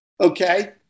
Okay